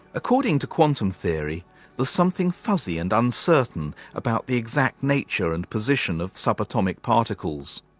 according to quantum theory there's something fuzzy and uncertain about the exact nature and position of subatomic particles.